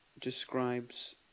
describes